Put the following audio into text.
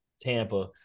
Tampa